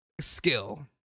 skill